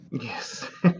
Yes